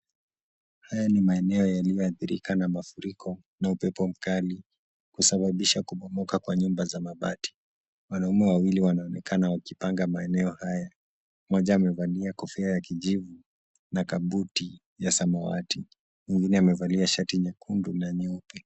Haya ni maeneo yaliyoathirika na mafuriko na upepo mkali, kusababisha kubomoka kwa nyumba za mabati. Wanaume wawili wanaonekana wakipanga maeneo haya. Mmoja amevalia kofia ya kijivu na kabuti ya samawati, mwingine amevalia shati nyekundu na nyeupe.